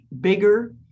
bigger